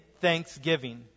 thanksgiving